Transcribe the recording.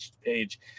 page